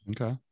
Okay